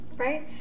right